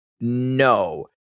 no